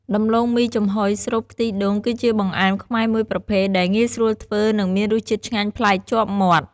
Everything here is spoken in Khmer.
ដំឡូងមីចំហុយស្រូបខ្ទិះដូង គឺជាបង្អែមខ្មែរមួយប្រភេទដែលងាយស្រួលធ្វើ និងមានរសជាតិឆ្ងាញ់ប្លែកជាប់មាត់។